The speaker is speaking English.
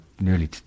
nearly